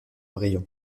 rayons